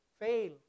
fail